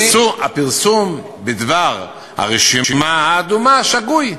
אני, הפרסום בדבר הרשימה האדומה שגוי.